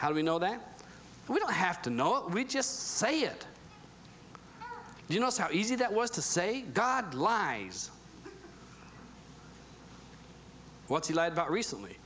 how do we know that we don't have to know it we just say it you know how easy that was to say god lives what's he like but recently